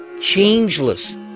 changeless